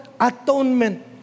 atonement